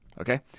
Okay